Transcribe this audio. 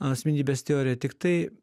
asmenybės teorija tiktai